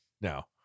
No